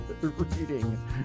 reading